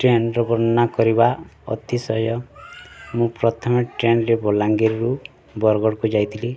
ଟ୍ରେନ୍ର ବର୍ଣ୍ଣନା କରିବା ଅତିଶୟ ମୁଁ ପ୍ରଥମେ ଟ୍ରେନ୍ରେ ବଲାଙ୍ଗୀରରୁ ବରଗଡ଼କୁ ଯାଇଥିଲି